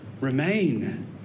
remain